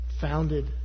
founded